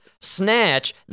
snatch